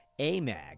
AMAG